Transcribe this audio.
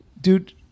dude